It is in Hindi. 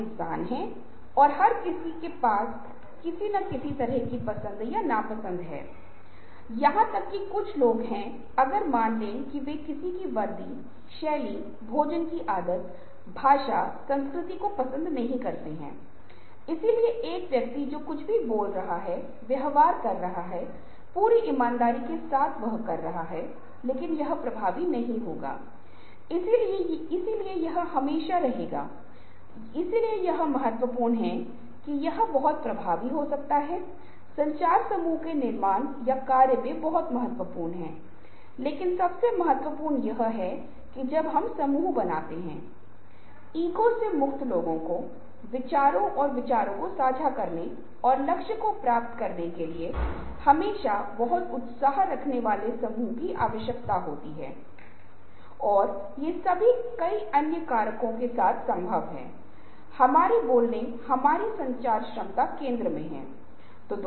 नौकरी पूरी करने के बाद बातचीत से आराम करें शांत बैठें कुर्सियाँ खाली करें ताकि आप फिर से एक नया काम करने के लिए उतावले हो जाएँ अगली नौकरी का प्रयास करें और ड्यूटी के घंटे के दौरान काम करें जब तक कि उस दिन सभी नौकरियां पूरी न हो जाएँ और ऐसा करने से आप मे आत्मविश्वास बढ़ेगा यह आपको आत्म अनुशासन सिखाएगा और यह लक्ष्य प्राप्ति को सुनिश्चित करेगा और आपके परिवार को समय देने समुदाय को समय देने और समुदाय के लिए स्वेच्छा से काम करने या इसमें भाग लेने जैसे अन्य गैर कार्य गतिविधियों के लिए समय छोड़ देगा